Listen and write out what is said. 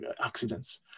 accidents